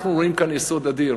אנחנו רואים כאן יסוד אדיר,